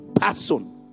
person